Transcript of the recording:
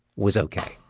was ok.